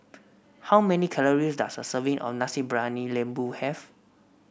how many calories does a serving of Nasi Briyani Lembu have